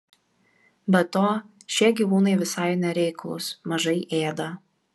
be to šie gyvūnai visai nereiklūs mažai ėda